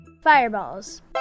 Fireballs